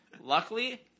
luckily